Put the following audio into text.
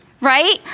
right